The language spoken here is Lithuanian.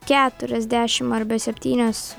keturiasdešim arba septynios